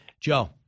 Joe